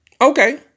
Okay